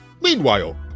Meanwhile